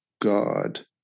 God